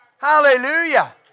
Hallelujah